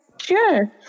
sure